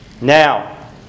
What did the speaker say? Now